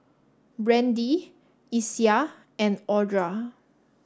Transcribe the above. Brandee Isiah and Audra